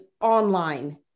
online